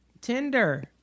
Tinder